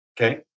Okay